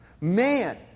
Man